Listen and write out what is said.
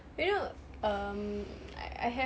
you know um I I have